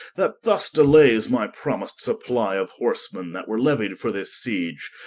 that thus delayes my promised supply of horsemen, that were leuied for this siege.